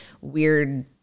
weird